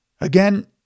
Again